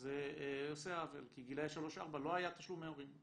זה עושה עוול כי גילאי 3-4 לא היו תשלומי הורים,